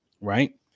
Right